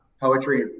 poetry